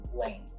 Lane